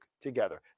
together